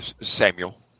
Samuel